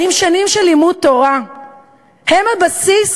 האם שנים של לימוד תורה הן הבסיס